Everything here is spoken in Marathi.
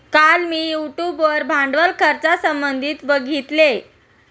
काल मी यूट्यूब वर भांडवल खर्चासंबंधित बघितले